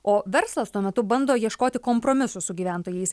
o verslas tuo metu bando ieškoti kompromisų su gyventojais